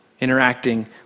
interacting